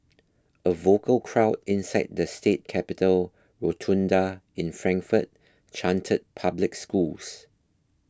a vocal crowd inside the state capitol rotunda in Frankfort chanted public schools